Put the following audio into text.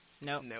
No